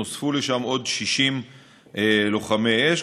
נוספו לשם 60 לוחמי אש,